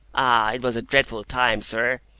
ah! it was a dreadful time, sir.